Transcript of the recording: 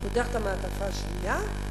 פותח את המעטפה השנייה,